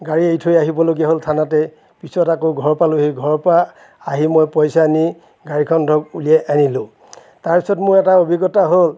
গাড়ী এৰি থৈ আহিবলগীয়া হ'ল থানাতেই পিছত আকৌ ঘৰ পালোঁহি ঘৰৰপৰা আহি মই পইচা নি গাড়ীখন ধৰক উলিয়াই আনিলোঁ তাৰপিছত মোৰ এটা অভিজ্ঞতা হ'ল